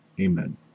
Amen